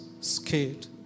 scared